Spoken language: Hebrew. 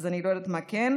אז אני לא יודעת מה כן.